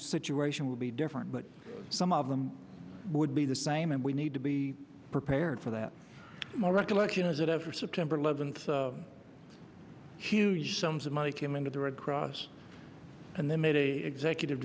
situation would be different but some of them would be the same and we need to be prepared for that my recollection is that after september eleventh she huge sums of money came in to the red cross and they made a executive